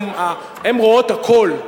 הן רואות הכול.